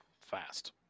fast